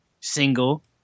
single